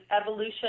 evolution